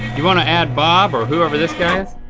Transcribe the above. you wanna add bob or whoever this guy is?